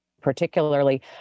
particularly